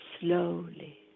slowly